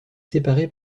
séparé